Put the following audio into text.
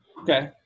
okay